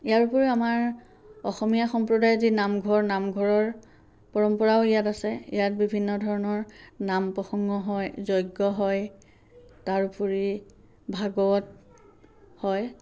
ইয়াৰ উপৰিও আমাৰ অসমীয়া সম্প্ৰদায় যি নামঘৰ নামঘৰৰ পৰম্পৰাও ইয়াত আছে ইয়াত বিভিন্ন ধৰণৰ নাম প্ৰসঙ্গ হয় যজ্ঞ হয় তাৰ উপৰিও ভাগৱত হয়